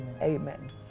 Amen